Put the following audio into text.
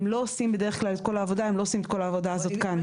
אבל הם לא עושים את כל העבודה הזאת כאן.